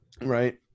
Right